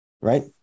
right